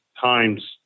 times